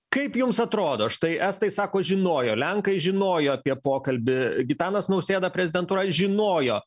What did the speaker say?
kaip jums atrodo štai estai sako žinojo lenkai žinojo apie pokalbį gitanas nausėda prezidentūra žinojo